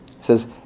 says